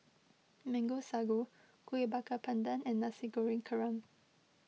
Mango Sago Kueh Bakar Pandan and Nasi Goreng Kerang